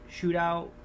shootout